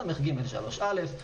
סג/3(א),